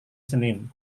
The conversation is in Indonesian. senin